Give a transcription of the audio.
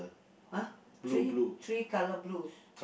ah three three colour blues